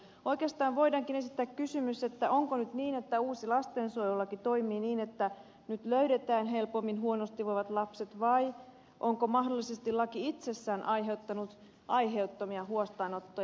oikeastaan voidaankin esittää kysymys onko nyt niin että uusi lastensuojelulaki toimii niin että nyt löydetään helpommin huonosti voivat lapset vai onko mahdollisesti laki itsessään aiheuttanut aiheettomia huostaanottoja